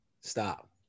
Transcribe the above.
stop